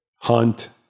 Hunt